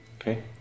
Okay